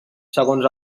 segons